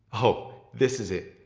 oh this is it.